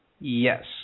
Yes